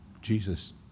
Jesus